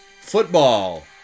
Football